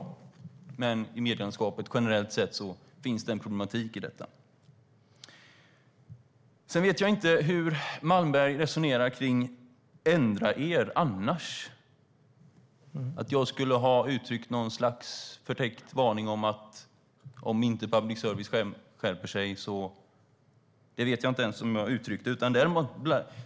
Men i medielandskapet generellt sett finns det en problematik i detta. Sedan vet jag inte hur Malmberg resonerar när han säger att jag skulle ha uttryckt något slags förtäckt varning om inte public service skärper sig. Det vet jag inte att jag ens uttryckte.